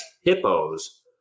hippos